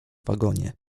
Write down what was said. wagonie